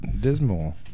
Dismal